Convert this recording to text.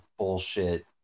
bullshit